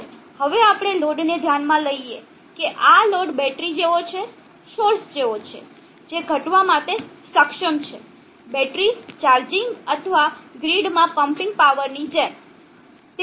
ચાલો હવે આપણે લોડને ધ્યાનમાં લઈએ કે આ લોડ બેટરી જેવો છે સોર્સ જેવો છે જે ઘટવા માટે સક્ષમ છે બેટરી ચાર્જિંગ અથવા ગ્રીડમાં પમ્પિંગ પાવરની જેમ